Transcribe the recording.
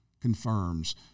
confirms